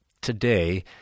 Today